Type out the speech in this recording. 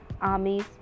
armies